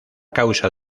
causa